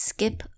Skip